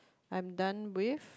I'm done with